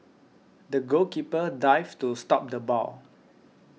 the goalkeeper dived to stop the ball